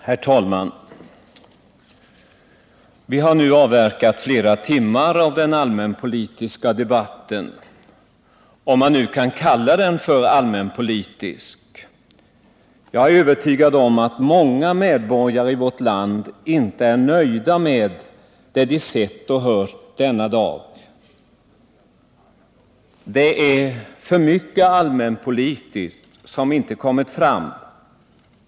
Herr talman! Vi har avverkat flera timmar av den allmänpolitiska debatten —- om man nu kan kalla den för allmänpolitisk. Jag är övertygad om att många medborgare i vårt land inte är nöjda med vad de sett och hört denna dag. Det är för mycket allmänpolitiskt som inte kommit fram.